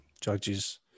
judges